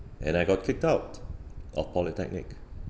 and I got kicked out of polytechnic